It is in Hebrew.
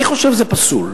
אני חושב שזה פסול,